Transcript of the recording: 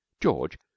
george